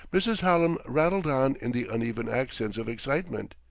mrs. hallam rattled on in the uneven accents of excitement.